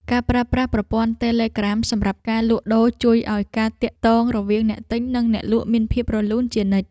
ការប្រើប្រាស់ប្រព័ន្ធតេឡេក្រាមសម្រាប់ការលក់ដូរជួយឱ្យការទាក់ទងរវាងអ្នកទិញនិងអ្នកលក់មានភាពរលូនជានិច្ច។